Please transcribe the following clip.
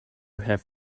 have